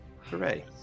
hooray